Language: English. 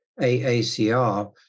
AACR